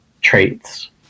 traits